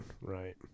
right